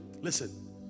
Listen